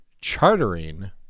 chartering